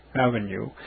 Avenue